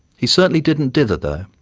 he certainly didn't dither, though.